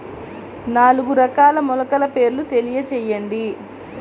నాలుగు రకాల మొలకల పేర్లు తెలియజేయండి?